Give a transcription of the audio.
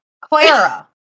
Clara